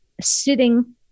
sitting